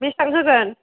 बेसेबां होगोन